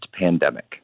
pandemic